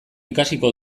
ikasiko